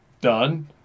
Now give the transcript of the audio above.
done